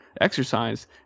exercise